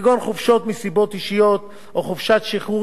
כגון חופשות מסיבות אישיות או חופשת שחרור,